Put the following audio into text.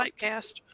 typecast